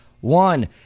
One